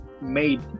made